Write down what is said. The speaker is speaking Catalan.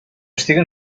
estiguen